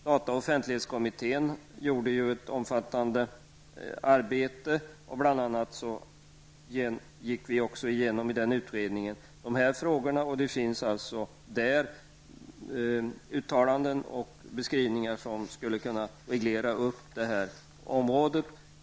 Data och offentlighetskommittén genomförde ett omfattande arbete. I utredningen gick vi igenom också dessa frågor, och det finns i kommitténs betänkande uttalanden som skulle kunna användas för en reglering av detta område.